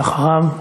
ואחריו,